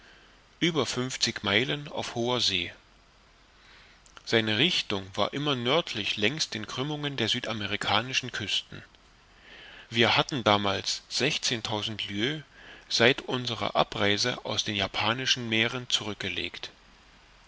über fünfzig meilen auf hoher see seine richtung war immer nördlich längs den krümmungen der südamerikanischen küsten wir hatten damals sechzehntausend lieues seit unserer abreise aus den japanischen meeren zurückgelegt